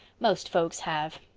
most folks have.